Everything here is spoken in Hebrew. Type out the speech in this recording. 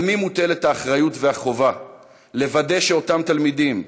על מי מוטלת האחריות והחובה לוודא שאותם תלמידים,